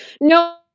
No